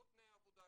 לא תנאי עבודה,